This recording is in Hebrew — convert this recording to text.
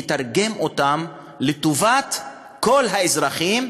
יתרגם אותם לטובת כל האזרחים,